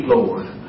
Lord